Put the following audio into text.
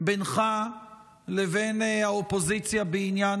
לבית המשפט העליון לצורך נושא ערעורים.